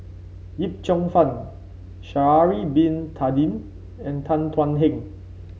Yip Cheong Fun Shaari Bin Tadin and Tan Thuan Heng